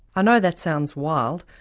i know that sounds wild.